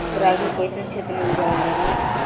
रागी कइसन क्षेत्र में उगावल जला?